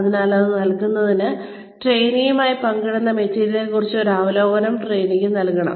അതിനാൽ അത് നൽകുന്നതിന് ട്രെയിനിയുമായി പങ്കിടുന്ന മെറ്റീരിയലിനെക്കുറിച്ച് ഒരു അവലോകനം ട്രെയിനിക്ക് നൽകണം